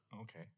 okay